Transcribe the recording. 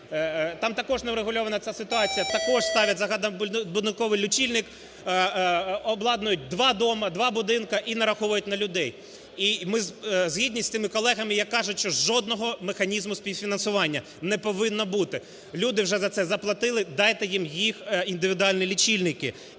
Там також неврегульована ця ситуація. Також ставлять загальнобудинковий лічильник, обладнують два дома, два будинки і нараховують на людей. І ми згідні з тими колегами, які кажуть, що жодного механізму співфінансування не повинно бути. Люди вже за це заплатили, дайте їм їх індивідуальні лічильники.